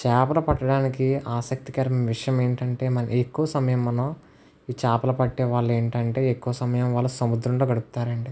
చేపల పట్టడానికి ఆసక్తికరమైన విషయం ఏంటంటే మన ఎక్కువ సమయం మనం ఈ చేపలు పట్టేవాళ్ళు ఏంటంటే ఎక్కువ సమయం వాళ్ళు సముద్రంలో గడుపుతారు అండి